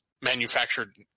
manufactured